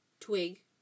Twig